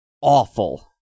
awful